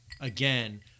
again